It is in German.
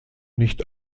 nicht